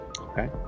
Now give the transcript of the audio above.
Okay